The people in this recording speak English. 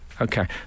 Okay